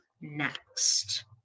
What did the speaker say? next